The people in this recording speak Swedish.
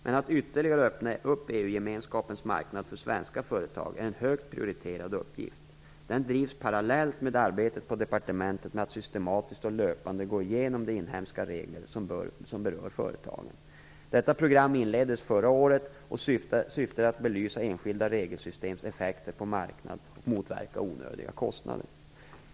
Men att ytterligare öppna upp EU gemenskapens marknad för svenska företag är en högt prioriterad uppgift. Den drivs parallellt med arbetet på departementet med att systematiskt och löpande gå igenom de inhemska regler som berör företagen. Detta program inleddes förra året, och syftet är att belysa enskilda regelsystems effekter på marknaden och motverka onödiga kostnader.